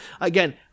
again